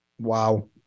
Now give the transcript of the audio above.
Wow